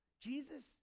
Jesus